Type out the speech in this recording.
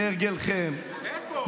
כהרגלכם, איפה?